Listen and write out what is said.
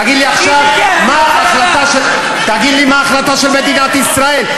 תגיד לי עכשיו, מה ההחלטה של מדינת ישראל?